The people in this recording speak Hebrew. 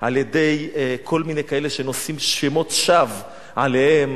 על-ידי כל מיני כאלה שנושאים שמות שווא עליהם,